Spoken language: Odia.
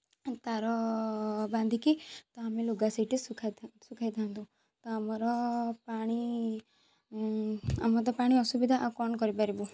ତାର ବାନ୍ଧିକି ତ ଆମେ ଲୁଗା ସେଇଠି ଶୁଖାଇଥାନ୍ତୁ ଶୁଖାଇଥାନ୍ତୁ ତ ଆମର ପାଣି ଆମର ତ ପାଣି ଅସୁବିଧା ଆଉ କ'ଣ କରି ପାରିବୁ